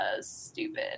stupid